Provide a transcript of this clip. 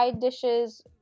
dishes